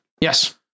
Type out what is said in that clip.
Yes